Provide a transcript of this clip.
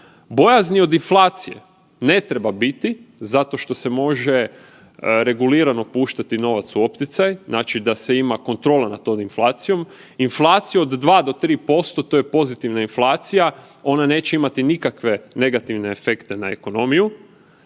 Bojazni od inflacije ne treba biti zato što se može regulirano puštati novac u opticaj, znači da se ima kontrola nad tom inflacijom. Inflaciju od 2 do 3% to je pozitivna inflacija ona neće imati nikakve negativne efekte na ekonomiju.